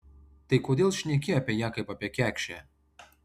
tai kodėl šneki apie ją kaip apie kekšę